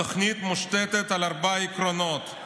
התוכנית מושתתת על ארבעה עקרונות: